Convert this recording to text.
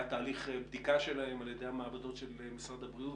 היה תהליך בדיקה שלהן על ידי המעבדות של משרד הבריאות,